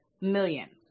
millions